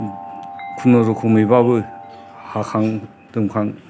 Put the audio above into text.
खुनुरुखुमैबाबो हाखां दोनखां